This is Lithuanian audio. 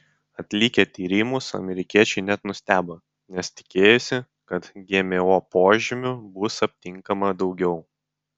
atlikę tyrimus amerikiečiai net nustebo nes tikėjosi kad gmo požymių bus aptinkama daugiau